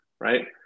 right